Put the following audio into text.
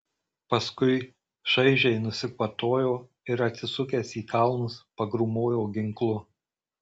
paskui šaižiai nusikvatojo ir atsisukęs į kalnus pagrūmojo ginklu